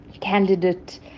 candidate